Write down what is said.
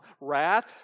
wrath